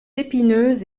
épineuses